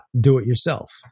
do-it-yourself